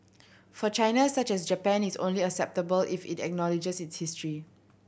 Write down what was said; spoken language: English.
for China such as Japan is only acceptable if it acknowledges history